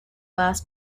glass